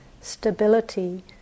stability